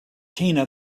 tina